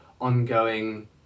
ongoing